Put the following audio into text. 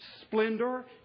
splendor